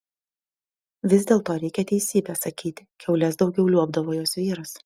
vis dėlto reikia teisybę sakyti kiaules daugiau liuobdavo jos vyras